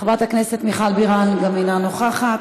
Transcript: חברת הכנסת מיכל בירן גם היא אינה נוכחת.